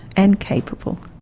and capable.